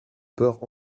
peurs